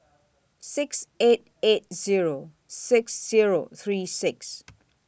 six eight eight Zero six Zero three six